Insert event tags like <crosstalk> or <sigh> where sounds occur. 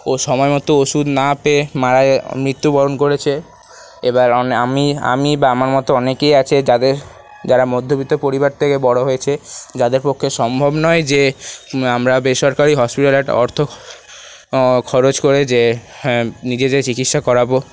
ও সময়মতো ওষুধ না পেয়ে মারা মৃত্যুবরণ করেছে এবার আমি আমি বা আমার মতো অনেকেই আছে যাদের যারা মধ্যবিত্ত পরিবার থেকে বড়ো হয়েছে যাদের পক্ষে সম্ভব নয় যে আমরা বেসরকারি হসপিটালে <unintelligible> অর্থ খরচ করে যে হ্যাঁ নিজেদের চিকিৎসা করাবো